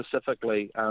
specifically